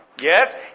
Yes